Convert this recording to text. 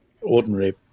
ordinary